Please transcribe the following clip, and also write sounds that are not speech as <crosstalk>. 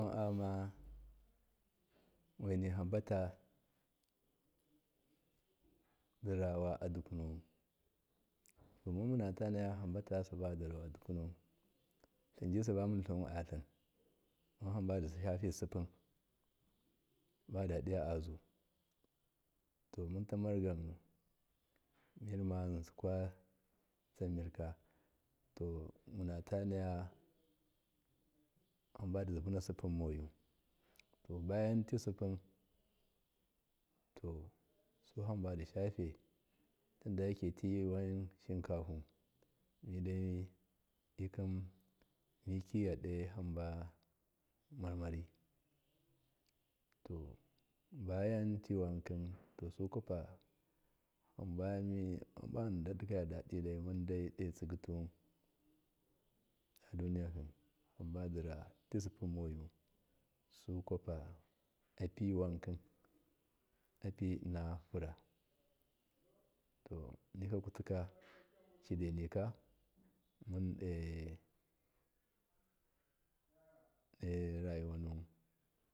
Ayama weni hambatadirawa adukunun munmu nataya hamba tasi badir aa adukwun tlinji zaba mune tluwun atlim hamba dishafe sippun ba dadiya azu to munta murgan mirma vinsi kwa ts an mirka to munta nayahambadivu na sippun moyu to bayanti sippun to suhamba dishafe tindatiwun shinkahu midai dikin miki ya do hamba marmari tobayanki wanki to suku apa hamba mundo diyadadida dot sigituwun aduniyakim darati sippun moyu sukwapa api wankin innafura to nigyakutika <noise> cidenika munde <hesitation> rayuwanun.